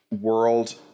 world